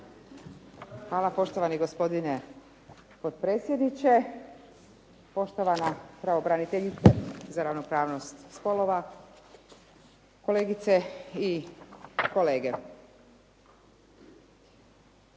Hvala poštovani gospodine predsjedniče, poštovana pravobraniteljice za ravnopravnost spolova, kolegice i kolege.